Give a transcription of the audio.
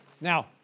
Now